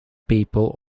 people